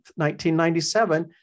1997